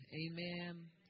amen